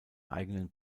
eigenen